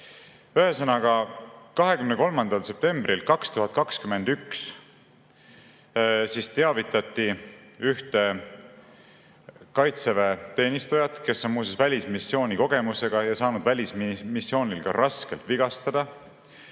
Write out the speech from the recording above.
23. septembril 2021 teavitati ühte Kaitseväe teenistujat, kes on muuseas välismissioonikogemusega ja saanud välismissioonil raskelt vigastada,